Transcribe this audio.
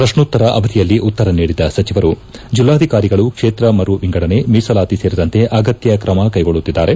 ಪ್ರಶ್ನೋತ್ತರ ಅವಧಿಯಲ್ಲಿ ಉತ್ತರ ನೀಡಿದ ಸಚಿವರು ಜಿಲ್ಲಾಧಿಕಾರಿಗಳು ಕ್ಷೇತ್ರ ಮರು ವಿಂಗಡಣೆ ಮೀಸಲಾತಿ ಸೇರಿದಂತೆ ಅಗತ್ಯ ತ್ರಮಕ್ಕೆಗೊಳ್ಳುತ್ತಿದ್ದಾರೆ